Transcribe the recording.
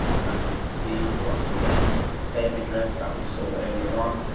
and as we can see once again, the same address that we saw earlier on,